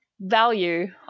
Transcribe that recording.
Value